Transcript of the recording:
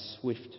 swift